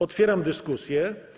Otwieram dyskusję.